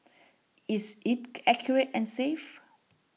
is it accurate and safe